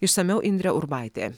išsamiau indrė urbaitė